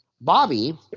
Bobby